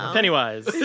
Pennywise